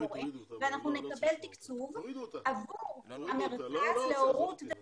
קורא ואנחנו נקבל תקצוב עבור המרכז להורות ו --- טוב,